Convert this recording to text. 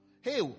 Hey